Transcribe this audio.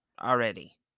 already